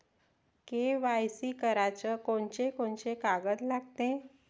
KYC कराच कोनचे कोनचे कागद लागते?